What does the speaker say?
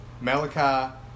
Malachi